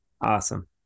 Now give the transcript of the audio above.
Awesome